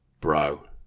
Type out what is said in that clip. bro